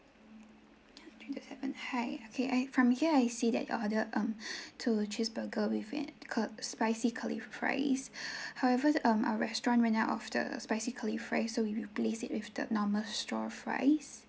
three two seven hi okay I from here I see that you're order um two cheeseburger with a cur~ spicy curly fries however um our restaurant ran out of the spicy curly fries so we replace it with the normal straw fries